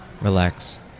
relax